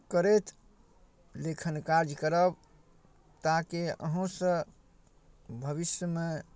करैत लेखन कार्य करब ताकि अहूँसँ भविष्यमे